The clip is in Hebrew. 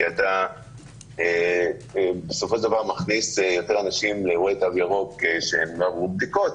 כי בסופו של דבר אתה מכניס יותר אנשים לאירועי תו ירוק שלא עברו בדיקות,